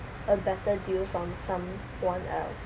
a better deal from someone else